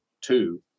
two